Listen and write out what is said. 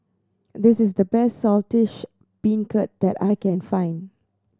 this is the best Saltish Beancurd that I can find